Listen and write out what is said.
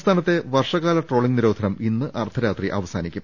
സംസ്ഥാനത്തെ വർഷകാല ട്രോളിംഗ് നിരോധനം ഇന്ന് അർദ്ധരാത്രി അവസാനിക്കും